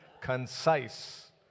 concise